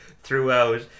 throughout